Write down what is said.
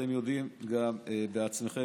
אתם יודעים גם בעצמכם,